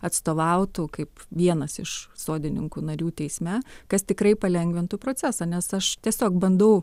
atstovautų kaip vienas iš sodininkų narių teisme kas tikrai palengvintų procesą nes aš tiesiog bandau